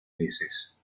veces